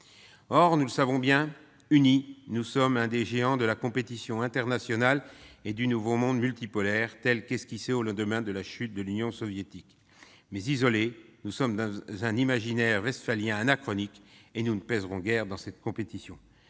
Or nous savons bien que, unis, nous sommes l'un des géants de la compétition internationale et du nouveau monde multipolaire tel qu'esquissé au lendemain de la chute de l'Union soviétique, mais que, isolés, prisonniers d'un imaginaire westphalien anachronique, nous ne pèserons guère dans cette compétition.